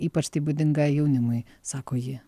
ypač tai būdinga jaunimui sako ji